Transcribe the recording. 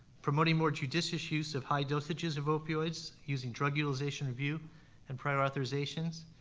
promoting more judicious use of high dosages of opioids using drug utilization review and prior authorizations,